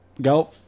go